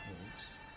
Wolves